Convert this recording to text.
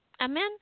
Amen